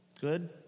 good